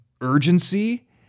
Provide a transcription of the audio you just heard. urgency